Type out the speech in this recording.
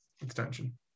extension